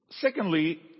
Secondly